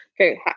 okay